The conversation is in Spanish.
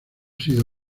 sido